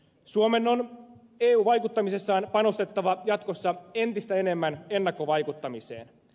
suomen on eu vaikuttamisessaan panostettava jatkossa entistä enemmän ennakkovaikuttamiseen